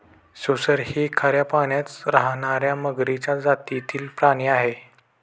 सुसर ही खाऱ्या पाण्यात राहणार्या मगरीच्या जातीतील प्राणी आहे